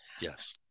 Yes